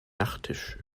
nachttisch